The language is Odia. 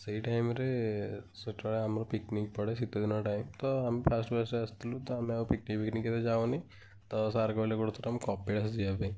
ସେଇ ଟାଇମ୍ରେ ସେଠାରେ ଆମର ପିକିନିକ୍ ପଡ଼େ ଶୀତ ଦିନ ଟାଇମ୍ ତ ଆମେ ଫାର୍ଷ୍ଟ୍ ଫାର୍ଷ୍ଟ୍ ଆସିଥିଲୁ ତ ଆମେ ଆଉ ପିକିନିକ୍ଫିକିନିକ୍ ଏତେ ଯାଉନି ତ ସାର୍ କହିଲେ ଗୋଟେ ଥର ଆମେ କପିଳାସ ଯିବା ପାଇଁ